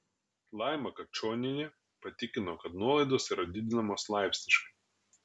laima kačonienė patikino kad nuolaidos yra didinamos laipsniškai